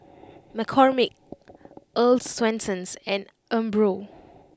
McCormick Earl's Swensens and Umbro